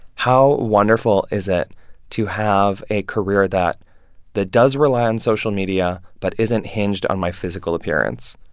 how wonderful is it to have a career that that does rely on social media but isn't hinged on my physical appearance?